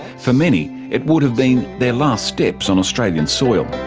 for many it would have been their last steps on australian soil.